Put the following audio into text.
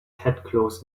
headcloth